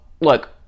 look